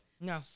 No